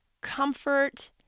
comfort